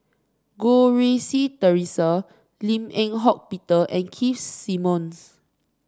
Goh Rui Si Theresa Lim Eng Hock Peter and Keith Simmons